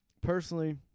personally